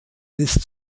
ist